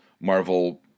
Marvel